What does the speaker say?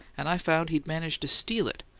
and i found he'd managed to steal it,